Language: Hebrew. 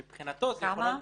כמה?